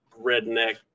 redneck